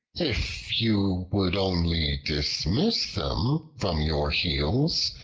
if you would only dismiss them from your heels,